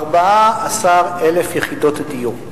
14,000 יחידות דיור.